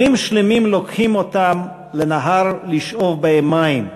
כלים שלמים, לוקחים אותם לנהר לשאוב בהם מים,